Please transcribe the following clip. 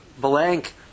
blank